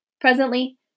Presently